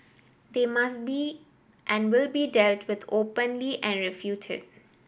they must be and will be dealt with openly and refuted